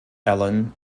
ellen